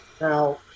Now